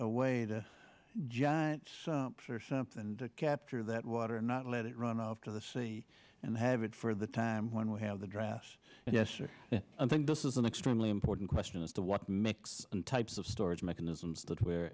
a way to giants or something and capture that water not let it run off to the sea and have it for the time when we have the draft yes i think this is an extremely important question as to what makes and types of storage mechanisms that we're